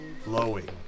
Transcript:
Flowing